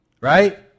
right